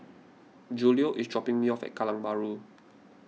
Julio is dropping me off at Kallang Bahru